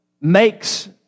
makes